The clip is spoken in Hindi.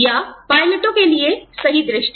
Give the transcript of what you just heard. या पायलटों के लिए सही दृष्टि